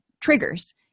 triggers